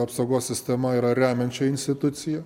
apsaugos sistema yra remiančių institucijų